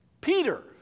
Peter